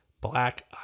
black